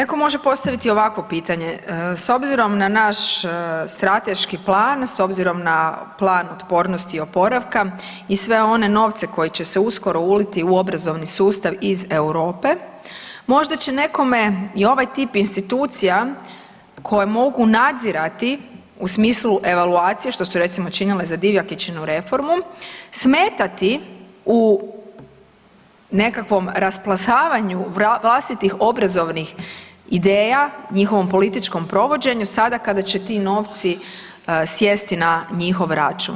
Netko može postaviti ovakvo pitanje s obzirom na naš strateški plan, s obzirom na plan otpornosti i oporavka i sve one novce koji će uskoro uliti u obrazovni sustav iz Europe možda će nekome i ovaj tip institucija koje mogu nadzirati u smislu evaluacije što su recimo činile za Divjakičinu reformu, smetati u nekakvom rasplamsavanju vlastitih obrazovnih ideja, njihovom političkom provođenju sada kada će ti novci sjesti na njihov račun.